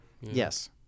Yes